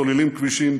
סוללים כבישים,